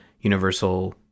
universal